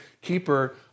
keeper